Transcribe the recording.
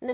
Det